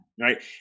right